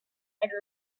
canoe